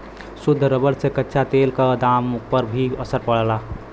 शुद्ध रबर से कच्चा तेल क दाम पर भी असर पड़ला